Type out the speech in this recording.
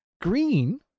Green